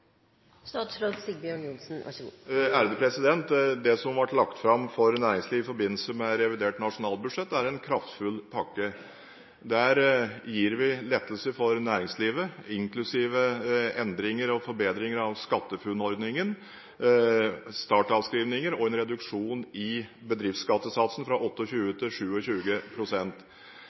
Det som ble lagt fram for næringslivet i forbindelse med revidert nasjonalbudsjett, er en kraftfull pakke. Der gir vi lettelser for næringslivet, inklusive endringer og forbedringer av SkatteFUNN-ordningen, startavskrivninger og en reduksjon i bedriftsskattesatsen fra 28 pst. til